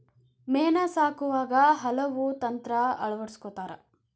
ಮೇನಾ ಸಾಕುವಾಗ ಹಲವು ತಂತ್ರಾ ಅಳವಡಸ್ಕೊತಾರ